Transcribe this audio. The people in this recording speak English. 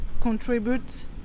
contribute